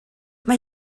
mae